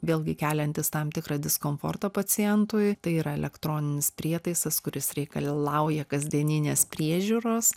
vėlgi keliantis tam tikrą diskomfortą pacientui tai yra elektroninis prietaisas kuris reikalauja kasdieninės priežiūros